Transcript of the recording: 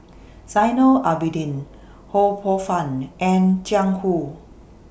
Zainal Abidin Ho Poh Fun and Jiang Hu